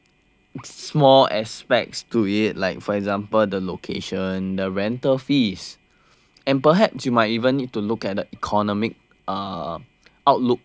small aspects to it like for example the location the rental fees and perhaps you might even need to look at the economic uh outlook